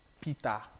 Peter